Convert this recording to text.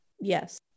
Yes